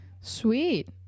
sweet